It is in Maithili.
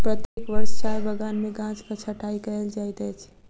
प्रत्येक वर्ष चाय बगान में गाछक छंटाई कयल जाइत अछि